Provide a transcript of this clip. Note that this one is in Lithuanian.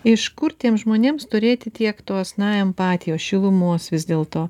iš kur tiems žmonėms turėti tiek tos na empatijos šilumos vis dėl to